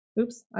oops